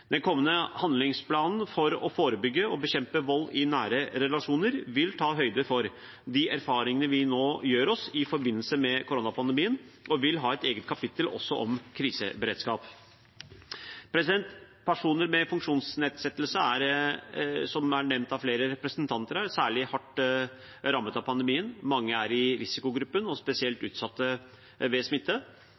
Den kommende handlingsplanen for å forebygge og bekjempe vold i nære relasjoner vil ta høyde for de erfaringene vi nå gjør oss i forbindelse med koronaepidemien, og vil ha et eget kapittel om kriseberedskap. Personer med funksjonsnedsettelse er, som det er nevnt av flere representanter her, særlig hardt rammet av pandemien. Mange er i risikogruppen og spesielt utsatt ved smitte.